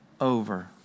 over